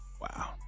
wow